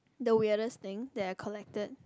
the weirdest thing that I collected